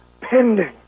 pending